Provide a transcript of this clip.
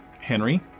Henry